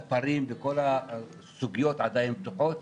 ספרים וכל הסוגיות עדיין פתוחות.